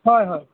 হয় হয়